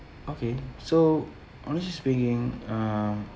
okay so honestly speaking um